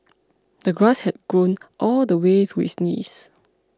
the grass had grown all the way to his knees